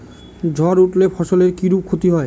ঝড় উঠলে ফসলের কিরূপ ক্ষতি হয়?